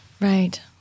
right